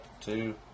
two